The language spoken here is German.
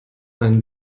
ein